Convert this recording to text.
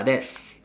that's